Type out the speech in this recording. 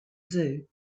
zoo